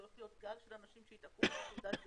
זה הולך להיות גל של אנשים --- בתעודת זהות.